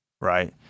Right